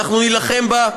אנחנו נילחם בהם.